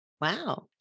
Wow